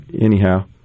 anyhow